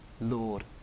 Lord